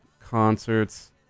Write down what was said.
concerts